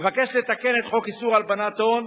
מבקשת לתקן את חוק איסור הלבנת הון,